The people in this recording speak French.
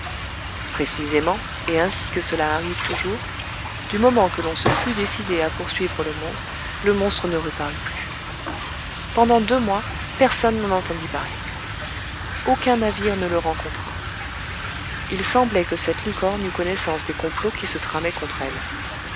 précisément et ainsi que cela arrive toujours du moment que l'on se fut décidé à poursuivre le monstre le monstre ne reparut plus pendant deux mois personne n'en entendit parler aucun navire ne le rencontra il semblait que cette licorne eût connaissance des complots qui se tramaient contre elle